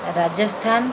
Rajasthan